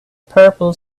purple